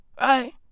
Right